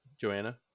Joanna